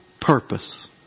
purpose